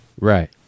Right